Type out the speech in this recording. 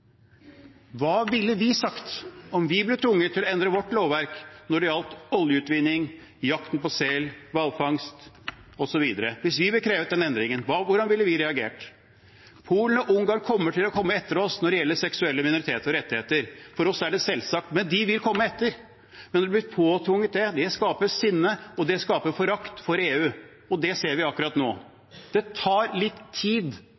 Hva ville vi sagt om vi ble tvunget til å endre vårt lovverk når det gjaldt oljeutvinning, jakt på sel, hvalfangst osv.? Hvis vi ble avkrevet den endringen, hvordan ville vi reagert? Polen og Ungarn kommer til å komme etter oss når det gjelder seksuelle minoriteter og rettigheter. For oss er det selvsagt, men de vil komme etter. Men når de blir påtvunget det, skaper det sinne og forakt for EU, og det ser vi akkurat nå. Det tar litt tid,